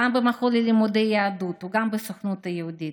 גם במכון ללימודי יהדות וגם בסוכנות היהודית.